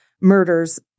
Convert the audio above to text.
murders